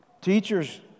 teachers